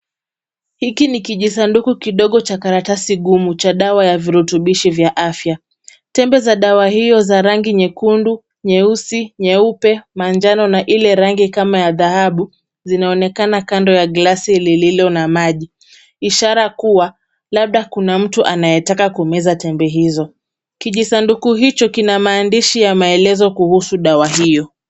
Hiki ni kijisanduku kidogo cha karatasi ngumu cha dawa ya virutubisho vya afya. Tembe za dawa hiyo za rangi nyekundu, nyeusi, nyeupe, manjano na ile rangi kama ya dhahabu zinaonekana kando ya gilasi lililo na maji, ishara kuwa labda kuna mtu anayetaka kumeza tembe hizo. Kijisanduku hicho kina maandishi ya maelezo kuhusu dawa hiyo.